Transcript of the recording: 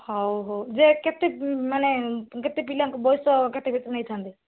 ହଉ ହଉ ଯେ କେତେ ମାନେ କେତେ ପିଲାଙ୍କ ବୟସ କେତେ ଭିତରେ ନେଇଥାନ୍ତେ